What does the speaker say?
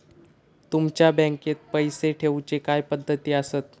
तुमच्या बँकेत पैसे ठेऊचे काय पद्धती आसत?